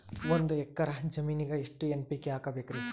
ಒಂದ್ ಎಕ್ಕರ ಜಮೀನಗ ಎಷ್ಟು ಎನ್.ಪಿ.ಕೆ ಹಾಕಬೇಕರಿ?